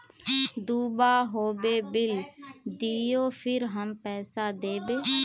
दूबा होबे बिल दियो फिर हम पैसा देबे?